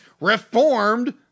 reformed